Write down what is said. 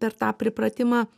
per tą pripratimą